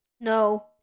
No